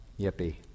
Yippee